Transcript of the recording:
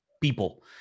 people